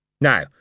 Now